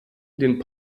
den